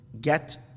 get